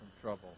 trouble